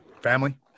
Family